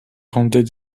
rendait